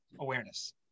awareness